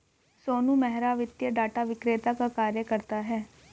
सोनू मेहरा वित्तीय डाटा विक्रेता का कार्य करता है